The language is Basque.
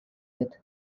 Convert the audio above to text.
dut